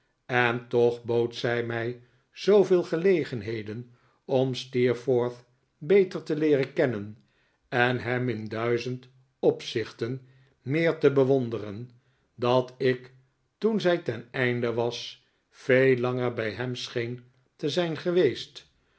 en toch bood zij mij zooveel gelegenheden om steerforth beter te leeren kennen en hem in duizend opzichten meer te bewonderen dat ik toen zij ten einde was veel langer bij hem scheen te zijn geweest